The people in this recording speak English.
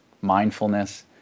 mindfulness